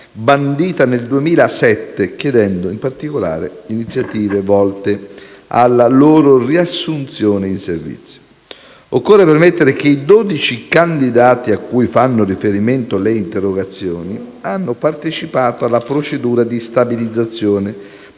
bandita nel 2007, chiedendo in particolare iniziative volte alla loro riassunzione in servizio. Occorre premettere che i 12 candidati a cui fanno riferimento le interrogazioni hanno partecipato alla procedura di stabilizzazione,